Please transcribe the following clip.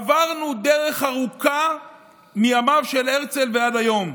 עברנו דרך ארוכה מימיו של הרצל ועד היום.